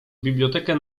bibliotekę